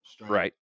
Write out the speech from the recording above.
Right